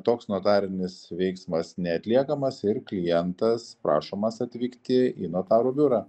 toks notarinis veiksmas neatliekamas ir klientas prašomas atvykti į notarų biurą